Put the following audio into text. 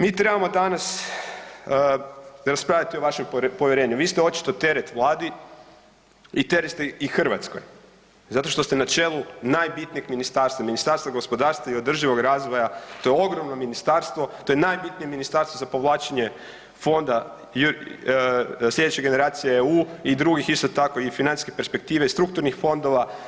Mi trebamo danas raspraviti o vašem povjerenju, vi ste očito teret vladi i teret ste i Hrvatskoj zato što ste na čelu najbitnijeg ministarstva, Ministarstva gospodarstva i održivog razvoja, to je ogromno ministarstvo, to je najbitnije ministarstvo za povlačenja fonda, slijedeće generacije EU i drugih isto tako i financijske perspektive i strukturnih fondova.